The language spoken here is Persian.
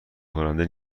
کننده